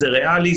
זה ריאלי,